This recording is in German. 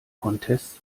contest